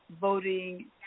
voting